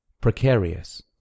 precarious